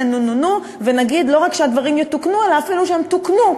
נו-נו-נו ונגיד לא רק שהדברים יתוקנו אלא אפילו שהם תוקנו,